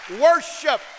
worship